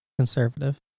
conservative